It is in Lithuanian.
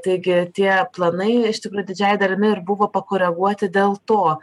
taigi tie planai iš tikrųjų didžiąja dalimi ir buvo pakoreguoti dėl to